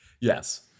yes